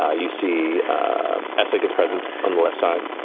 ah you see essek is present on the left side,